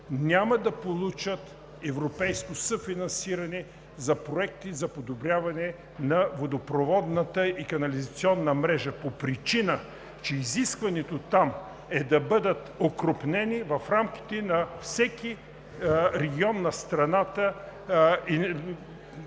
няма да получат европейско съфинансиране за проекти за подобряване на водопроводната и канализационна мрежа по причина, че изискването там е да бъдат окрупнени в рамките на всеки регион на страната и